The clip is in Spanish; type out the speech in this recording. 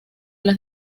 las